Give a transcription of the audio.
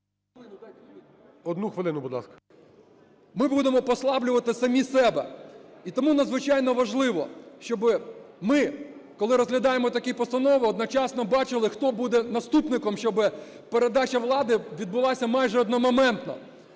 Одну хвилину, будь ласка. ТЕТЕРУК А.А. … ми будемо послаблювати самі себе, і тому надзвичайно важливо, щоб ми, коли розглядаємо такі постанови, одночасно бачили, хто буде наступником, щоб передача влади відбулася майжеодномоментно.